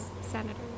Senator